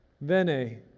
Vene